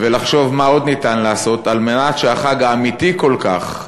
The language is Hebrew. ולחשוב מה עוד ניתן לעשות על מנת שהחג האמיתי כל כך,